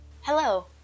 Hello